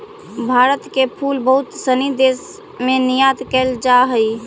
भारत के फूल बहुत सनी देश में निर्यात कैल जा हइ